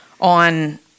on